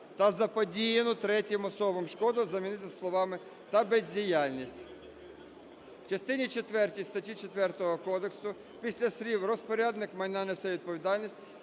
та заподіяну третім особам шкоду" замінити словами "та бездіяльність". В частині четвертій статті 4 кодексу після слів "розпорядник майна несе відповідальність"